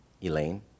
Elaine